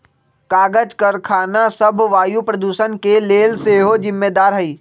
कागज करखना सभ वायु प्रदूषण के लेल सेहो जिम्मेदार हइ